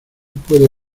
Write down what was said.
puede